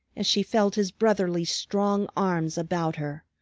as she felt his brotherly, strong arms about her.